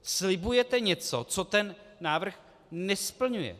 Slibujete něco, co ten návrh nesplňuje.